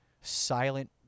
silent